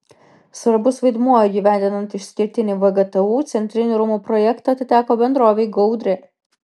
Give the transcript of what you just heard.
svarbus vaidmuo įgyvendinant išskirtinį vgtu centrinių rūmų projektą atiteko bendrovei gaudrė